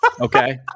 Okay